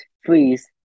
Freeze